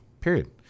period